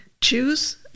choose